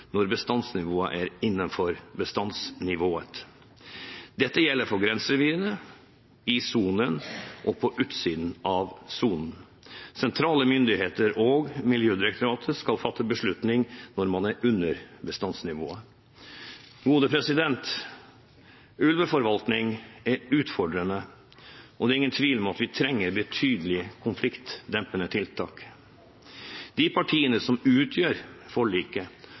når bestanden er innenfor bestandsnivået. Dette gjelder for grenserevirene, i sonen og på utsiden av sonen. Sentrale myndigheter og Miljødirektoratet skal fatte beslutning når man er under bestandsnivået. Ulveforvaltning er utfordrende, og det er ingen tvil om at vi trenger betydelige konfliktdempende tiltak. De partiene som utgjør forliket,